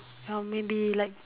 or maybe like